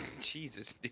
Jesus